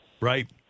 Right